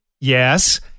Yes